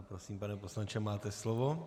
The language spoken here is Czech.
Prosím, pane poslanče, máte slovo.